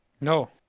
No